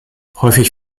häufig